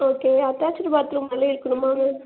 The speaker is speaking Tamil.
ஓகே அட்டாச்சிடு பாத்ரூம் அதுல இருக்கணுமாங்க